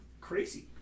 crazy